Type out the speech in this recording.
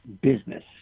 business